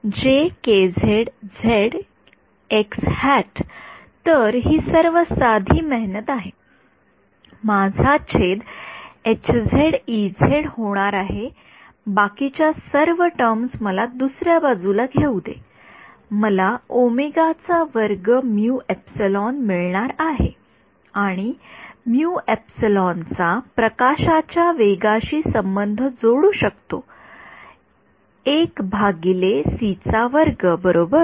तर ही सर्व साधी मेहनत आहे माझा छेद होणार आहे बाकीच्या सर्व टर्म्स मला दुसर्या बाजूला घेऊ दे मला मिळणार आणि चा प्रकाशाच्या वेगाशी संबंध जोडू शकतो बरोबर